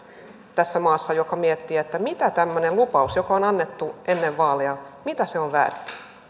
tässä maassa joka miettii minkä väärtti on tämmöinen lupaus joka on annettu ennen vaaleja